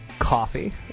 Coffee